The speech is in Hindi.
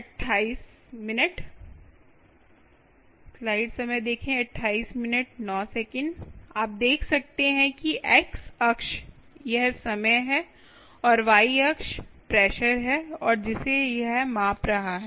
आप देख सकते हैं कि x अक्ष यह समय है और y अक्ष प्रेशर है और जिसे यह माप रहा है